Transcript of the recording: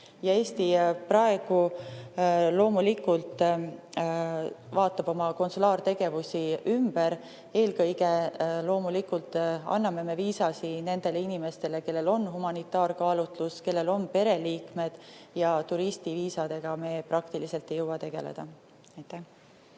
Eesti praegu loomulikult vaatab oma konsulaartegevusi üle. Eelkõige loomulikult anname me viisa nendele inimestele, kellel on humanitaarkaalutlus, kellel on pereliikmed, ja turistiviisadega me praktiliselt ei jõua tegeleda.